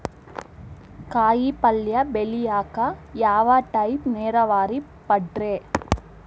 ಕಾಯಿಪಲ್ಯ ಬೆಳಿಯಾಕ ಯಾವ ಟೈಪ್ ನೇರಾವರಿ ಪಾಡ್ರೇ?